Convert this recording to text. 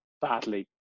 badly